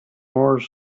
more